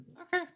Okay